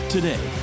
Today